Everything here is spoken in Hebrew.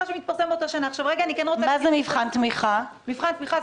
חולים שתפעיל איקס סדנאות לאוכלוסייה מסוימת בתחום מסוים,